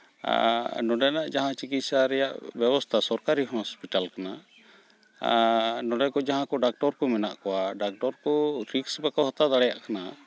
ᱱᱚᱸᱰᱮᱱᱟᱜ ᱪᱤᱠᱤᱥᱥᱟ ᱨᱮᱭᱟᱜ ᱡᱟᱦᱟᱸ ᱵᱮᱵᱚᱥᱛᱷᱟ ᱥᱚᱨᱠᱟᱨᱤ ᱦᱚᱸᱥᱯᱤᱴᱟᱞ ᱠᱟᱱᱟ ᱱᱚᱸᱰᱮ ᱠᱚ ᱡᱟᱦᱟᱸᱭ ᱠᱚ ᱰᱟᱠᱴᱚᱨ ᱠᱚ ᱢᱮᱱᱟᱜ ᱠᱚᱣᱟ ᱰᱟᱠᱴᱚᱨ ᱠᱚ ᱨᱤᱠᱥ ᱵᱟᱠᱚ ᱦᱟᱛᱟᱣ ᱫᱟᱲᱮᱭᱟᱜ ᱠᱟᱱᱟ